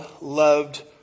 loved